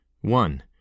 One